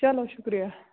چلو شُکریہ